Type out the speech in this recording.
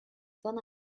donna